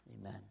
Amen